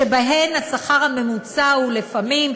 שבהן השכר הממוצע הוא לפעמים,